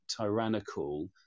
tyrannical